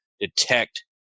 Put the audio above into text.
detect